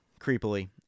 creepily